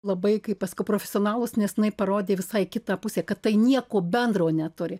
labai kaip aš sakau profesionalūs nes jinai parodė visai kitą pusė kad tai nieko bendro neturi